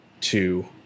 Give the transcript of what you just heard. two